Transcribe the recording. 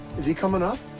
is he coming up?